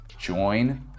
Join